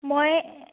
মই